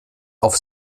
auf